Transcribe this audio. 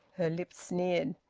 her lips sneered.